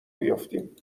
بیفتیم